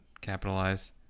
capitalize